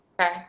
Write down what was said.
Okay